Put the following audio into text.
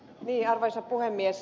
arvoisa puhemies